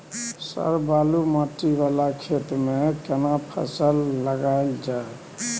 Sir बालू माटी वाला खेत में केना फसल लगायल जाय?